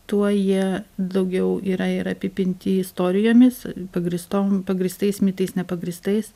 tuo jie daugiau yra ir apipinti istorijomis pagrįstom pagrįstais mitais nepagrįstais